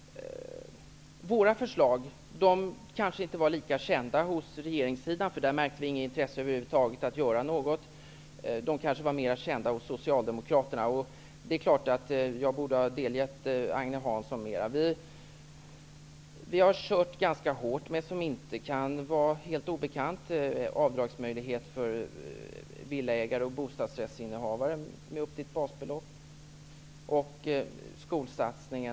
Våra förslag var kanske inte kända hos regeringssidan, eftersom vi inte märkte något intresse för att över huvud taget göra något. Förslagen var kanske mera kända hos socialdemokraterna. Det är klart att jag borde ha delgett Agne Hansson mera. Vi har kört ganska hårt med avdragsmöjlighet för villaägare och bostadrättsinnehavare -- vilket inte kan vara helt obekant -- med upp till ett basbelopp.